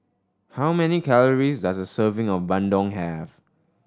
how many calories does a serving of bandung have